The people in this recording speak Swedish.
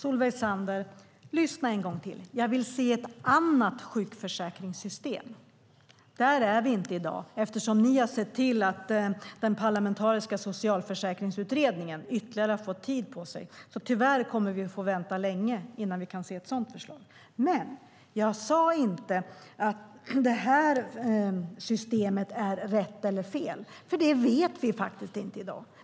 Herr talman! Lyssna en gång till, Solveig Zander! Jag vill se ett annat sjukförsäkringssystem. Men där är vi inte i dag, eftersom ni har sett till att den parlamentariska socialförsäkringsutredningen har fått ytterligare tid på sig. Tyvärr kommer vi att få vänta länge innan vi kan se ett sådant förslag. Jag sade inte att det här systemet är rätt eller fel, för det vet vi faktiskt inte i dag.